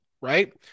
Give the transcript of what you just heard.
right